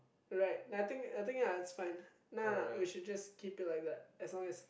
right nothing nothing lah it's fine nah we should just keep it like that as long as